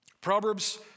Proverbs